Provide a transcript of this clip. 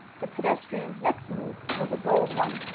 the pedestrian's next move was a bold one.